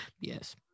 yes